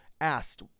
asked